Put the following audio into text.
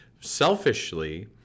selfishly